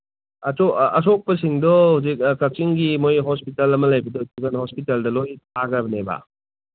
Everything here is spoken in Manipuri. ꯑꯁꯣꯛꯄꯁꯤꯡꯗꯣ ꯍꯧꯖꯤꯛ ꯀꯛꯆꯤꯡꯒꯤ ꯃꯣꯏꯒꯤ ꯍꯣꯁꯄꯤꯇꯥꯜ ꯑꯃ ꯂꯩꯕꯗꯣ ꯖꯤꯕꯟ ꯍꯣꯁꯄꯤꯇꯥꯜꯗ ꯂꯣꯏ ꯊꯥꯈ꯭ꯔꯕꯅꯦꯕ